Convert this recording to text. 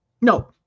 No